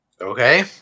Okay